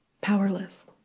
Powerless